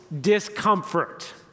discomfort